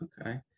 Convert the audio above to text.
Okay